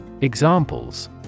Examples